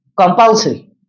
compulsory